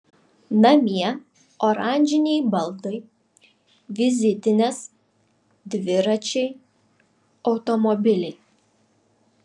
namie oranžiniai baldai vizitinės dviračiai automobiliai